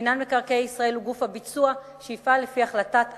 מינהל מקרקעי ישראל הוא גוף הביצוע שיפעל לפי החלטת השר,